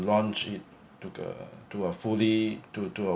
launch it to the to a fully to to a